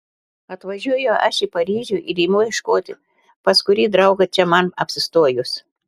atvažiuoju aš į paryžių ir imu ieškoti pas kurį draugą čia man apsistojus